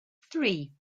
three